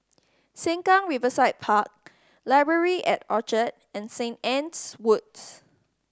Sengkang Riverside Park Library at Orchard and Saint Anne's Woods